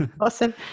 Awesome